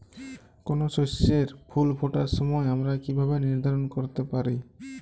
কোনো শস্যের ফুল ফোটার সময় আমরা কীভাবে নির্ধারন করতে পারি?